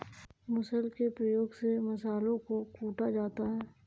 मुसल के प्रयोग से मसालों को कूटा जाता है